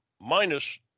minus